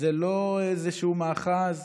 זה לא איזשהו מאחז.